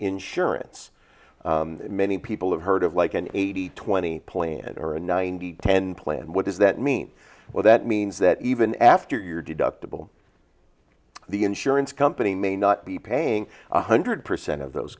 insurance many people have heard of like an eighty twenty plan or a ninety ten plan what does that mean well that means that even after your deductible the insurance company may not be paying one hundred percent of those